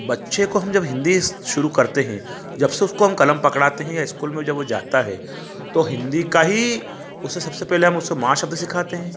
बच्चे को हम जब हिंदी शुरू करते हैं जबसे उसको हम कलम पकड़ाते हैं या इस्कूल में जब वो जाता है हिंदी का ही उसे सबसे पहले हम उसे माँ शब्द सिखाते हैं